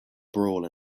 brawl